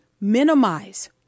Minimize